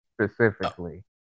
specifically